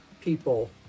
people